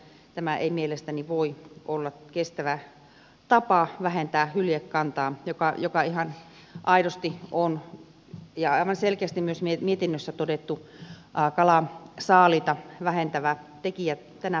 tämä ei mielestäni voi olla kestävä tapa vähentää hyljekantaa joka ihan aidosti on ja aivan selkeästi myös mietinnössä todettu kalansaaliita vähentävä tekijä tänä päivänä